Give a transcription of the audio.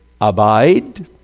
abide